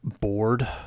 bored